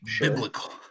Biblical